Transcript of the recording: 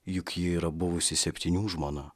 juk ji yra buvusi septynių žmona